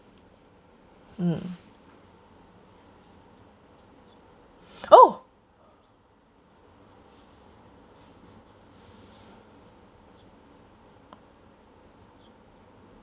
mm oh